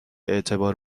اعتبار